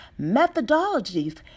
methodologies